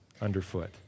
underfoot